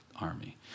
army